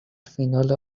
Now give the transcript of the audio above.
فینال